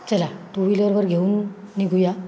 चला टू व्हीलरवर घेऊन निघूया